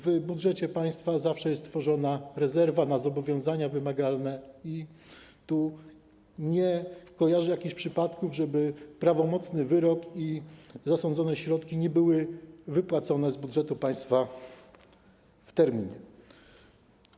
W budżecie państwa zawsze jest tworzona rezerwa na zobowiązania wymagalne i nie kojarzę jakichś przypadków, żeby był prawomocny wyrok i zasądzone środki nie były wypłacone z budżetu państwa w terminie.